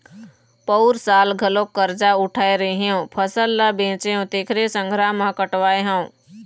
पउर साल घलोक करजा उठाय रेहेंव, फसल ल बेचेंव तेखरे संघरा म कटवाय हँव